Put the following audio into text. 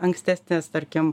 ankstesnės tarkim